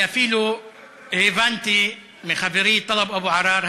אני אפילו הבנתי מחברי טלב אבו עראר,